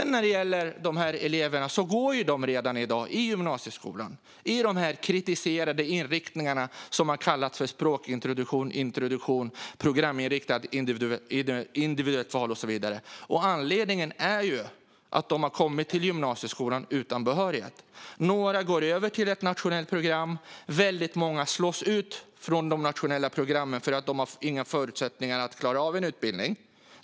När det gäller dessa elever går de redan dag i gymnasieskolan i de kritiserade inriktningar som har kallats språkintroduktion, yrkesintroduktion, programinriktat individuellt val och så vidare. Anledningen är att de har kommit till gymnasieskolan utan behörighet. Några går över till ett nationellt program. Men väldigt många slås ut från de nationella programmen för att de inte har några förutsättningar att klara av en utbildning.